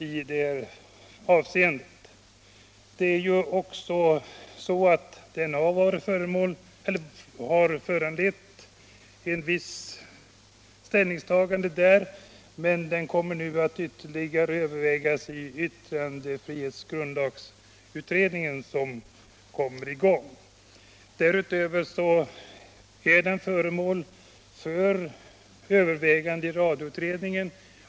Frågan avses komma att ytterligare övervägas i utredningen rörande en ny yttrandefrihetsgrundlag. Den är därutöver föremål för övervägande i radioutredningen.